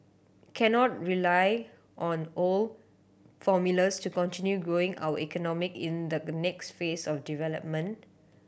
cannot rely on old formulas to continue growing our economic in the next phase of development